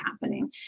happening